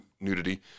nudity